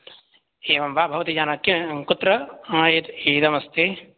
एवं वा भवती जानाति कि कुत्र हा एतत् इदमस्ति